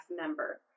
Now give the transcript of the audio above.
member